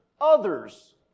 others